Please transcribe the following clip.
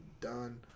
done